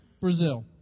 Brazil